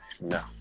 No